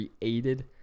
created